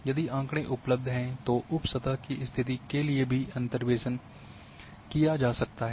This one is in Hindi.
यदि आँकड़े उपलब्ध है तो उप सतह की स्थिति के लिए भी अंतर्वेसन किया जा सकता है